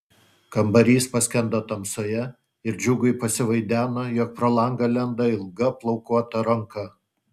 kambarys paskendo tamsoje ir džiugui pasivaideno jog pro langą lenda ilga plaukuota ranka